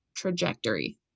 trajectory